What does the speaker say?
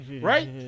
Right